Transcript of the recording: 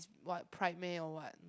what pride meh or what